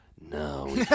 No